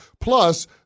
Plus